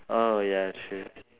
oh ya true